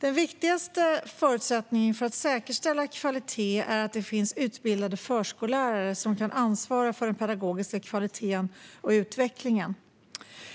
Den viktigaste förutsättningen för att säkerställa kvalitet är att det finns utbildade förskollärare som kan ansvara för den pedagogiska kvaliteten och utvecklingen.